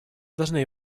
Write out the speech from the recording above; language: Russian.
должны